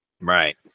Right